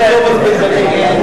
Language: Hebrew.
חברי ממשלה (חברי ממשלה, חברי הממשלה),